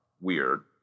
weird